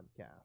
Podcast